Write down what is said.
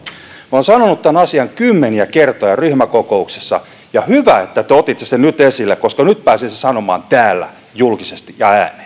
olen sanonut tämän asian kymmeniä kertoja ryhmäkokouksessa ja hyvä että te otitte sen nyt esille koska nyt pääsen sen sanomaan täällä julkisesti